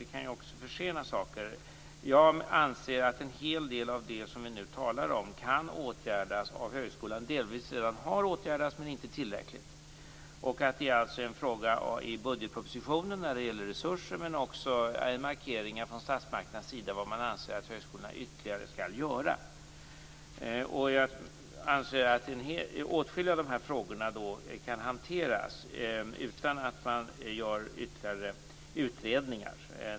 Det kan också försena saker. Jag anser att en hel del av det som vi nu talar om kan åtgärdas av högskolan. Det har delvis redan åtgärdats, men det är inte tillräckligt. Det är alltså en fråga om resurser i budgetpropositionen, men också om markeringar från statsmakternas sida om vad man anser att högskolorna skall göra ytterligare. Jag anser att åtskilliga av dessa frågor kan hanteras utan att man gör ytterligare utredningar.